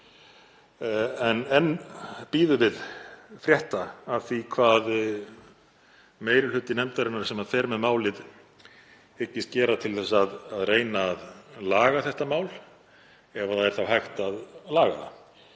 enn bíðum við frétta af því hvað meiri hluti nefndarinnar sem fer með málið hyggst gera til að reyna að laga þetta mál, ef það er þá hægt að laga það.